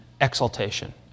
exaltation